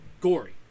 gory